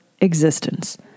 existence